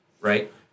right